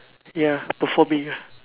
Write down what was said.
ya performing ah